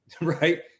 right